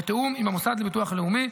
ובתיאום עם המוסד לביטוח לאומי,